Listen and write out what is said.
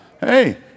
hey